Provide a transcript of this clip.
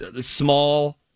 small